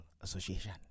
Association